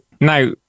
Now